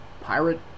pirate